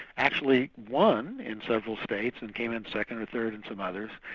actually won in several states and came in second or third in some others,